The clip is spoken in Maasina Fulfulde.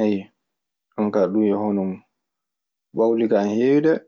Jonkaa ɗun e hono mun. Ko ɓawli kaa ana heewi dee.